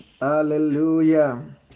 Hallelujah